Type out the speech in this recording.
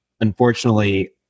unfortunately